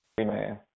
Amen